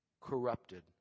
corrupted